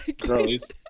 Girlies